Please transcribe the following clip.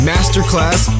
Masterclass